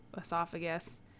esophagus